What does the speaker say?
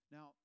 Now